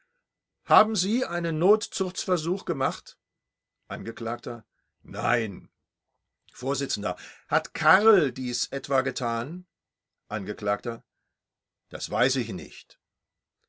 haben sie einen notzuchtsversuch gemacht angekl nein vors hat karl dies etwa getan angekl das weiß ich nicht